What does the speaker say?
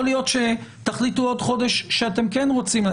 יכול להיות שתחליטו עוד חודש שאתם כן רוצים,